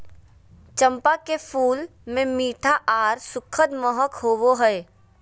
चंपा के फूल मे मीठा आर सुखद महक होवो हय